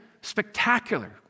Spectacular